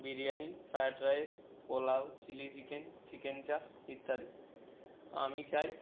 biryani fried rice pulao chilli chicken chicken chaap ইত্যাদি আমি চাই